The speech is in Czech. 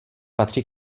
patří